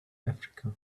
africa